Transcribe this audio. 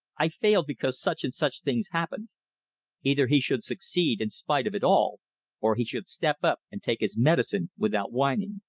i failed because such and such things happened either he should succeed in spite of it all or he should step up and take his medicine without whining.